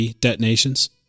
detonations